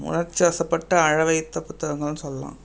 உணர்ச்சி வசப்பட்டு அழ வைத்த புத்தகங்கள்னு சொல்லலாம்